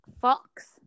fox